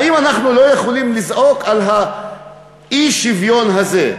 האם אנחנו לא יכולים לזעוק על האי-שוויון הזה?